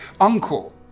uncle